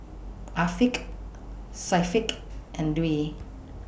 Afiq Syafiq and Dwi